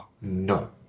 No